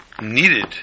needed